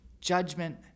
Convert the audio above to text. Judgment